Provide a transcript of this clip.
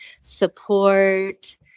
support